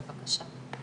בבקשה.